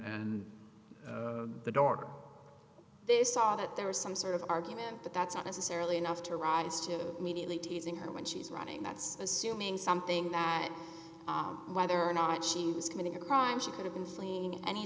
daughter they saw that there was some sort of argument but that's not necessarily enough to rise to mediately teasing her when she's running that's assuming something that whether or not she was committing a crime she could have been fleeing any